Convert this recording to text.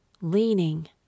leaning